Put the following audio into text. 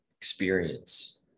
experience